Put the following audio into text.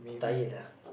tired ah